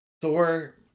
Thor